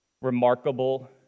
remarkable